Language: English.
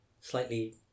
slightly